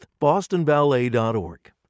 bostonballet.org